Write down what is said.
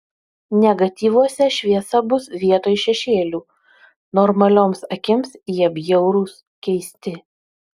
negatyvuose šviesa bus vietoj šešėlių normalioms akims jie bjaurūs keisti